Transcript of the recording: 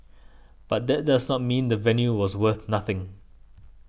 but that does not mean the venue was worth nothing